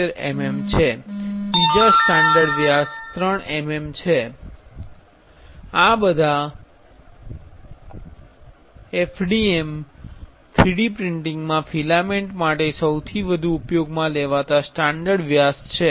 75 mm છે અને બીજો સ્ટાન્ડર્ડ વ્યાસ 3 mm છે આ બધ FDM 3D પ્રિન્ટિંગમાં ફિલામેન્ટ માટે સૌથી વધુ ઉપયોગમાં લેવાતા સ્ટાન્ડર્ડ વ્યાસ છે